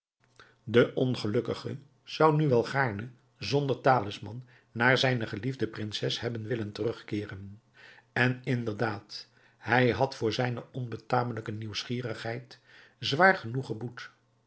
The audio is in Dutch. de ongelukkige zou nu wel gaarne zonder talisman naar zijne geliefde prinses hebben willen terugkeeren en inderdaad hij had voor zijne onbetamelijke nieuwsgierigheid zwaar genoeg geboet